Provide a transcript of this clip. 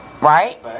Right